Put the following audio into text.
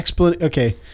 okay